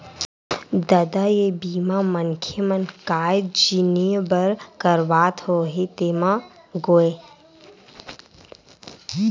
ददा ये बीमा मनखे मन काय जिनिय बर करवात होही तेमा गोय?